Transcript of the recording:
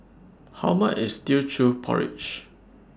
How much IS Teochew Porridge